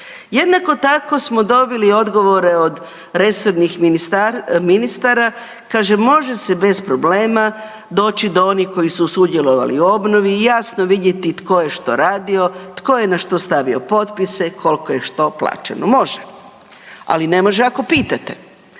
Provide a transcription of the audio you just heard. Jednako tako smo dobili odgovore od resornih ministara, kaže može se bez problema doći do onih koji su sudjelovali u obnovi i jasno vidjeti tko je što radio, tko je na što stavio potpise, koliko je što plaćeno. Može, ali ne može ako pitate.